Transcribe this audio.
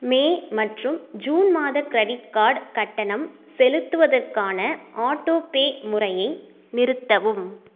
மே மற்றும் ஜூன் மாத credit card கட்டணம் செலுத்துவதற்கான ஆட்டோபே முறையை நிறுத்தவும்